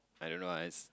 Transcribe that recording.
I don't know ah it's